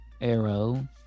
Arrow